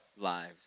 lives